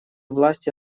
власти